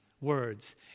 words